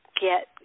get